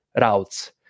routes